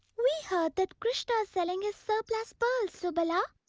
we heard that krishna is selling his surplus pearls, subala,